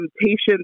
patients